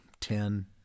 ten